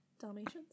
Dalmatians